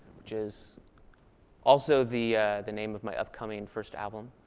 which is also the the name of my upcoming first album,